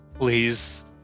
Please